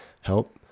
help